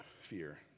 fear